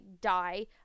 die